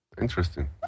Interesting